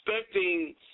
expecting